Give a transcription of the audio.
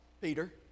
Peter